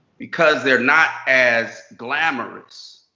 because they're not as glamorous.